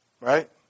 right